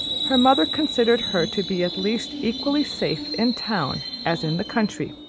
her mother considered her to be at least equally safe in town as in the country,